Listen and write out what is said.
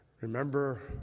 Remember